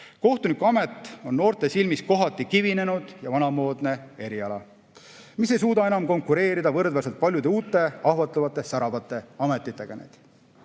Kohtunikuamet on noorte silmis kohati kivinenud ja vanamoodne eriala, mis ei suuda enam konkureerida võrdväärselt paljude uute, ahvatlevate, säravate ametitega.